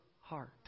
heart